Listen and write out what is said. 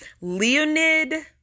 Leonid